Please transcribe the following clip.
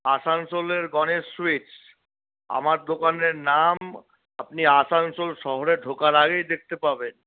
আসানসোলের গনেশ সুইটস আমার দোকানের নাম আপনি আসানসোল শহরে ঢোকার আগেই দেখতে পাবেন